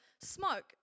smoke